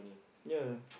ya